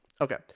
Okay